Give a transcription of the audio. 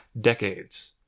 decades